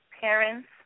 parents